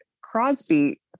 Crosby